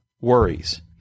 worries